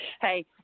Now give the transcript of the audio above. Hey